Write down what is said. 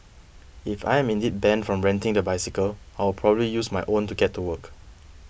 if I am indeed banned from renting the bicycle I will probably using my own to get to work